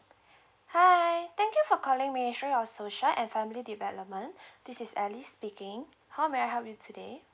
hi I thank you for calling ministry of social and family development this is alice speaking how may I help you today